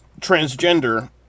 transgender